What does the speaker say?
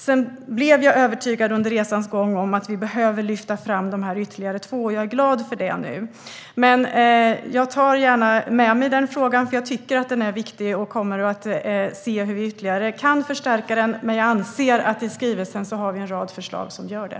Sedan blev jag under resans gång övertygad om att vi behöver lyfta fram dessa ytterligare två mål, och det är jag glad för nu. Jag tar dock gärna med mig frågan, för jag tycker att den är viktig. Jag kommer att titta på hur vi ytterligare kan förstärka den, men jag anser att vi i skrivelsen har en rad förslag som gör det.